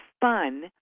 fun